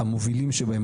המובילים שבהם,